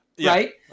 Right